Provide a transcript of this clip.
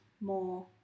more